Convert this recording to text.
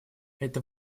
это